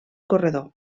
corredor